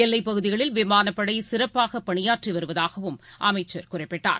எல்லைப் பகுதிகளில் விமானப்படைசிறப்பாகபணியாற்றிவருவதாகவும் அமைச்சர் குறிப்பிட்டார்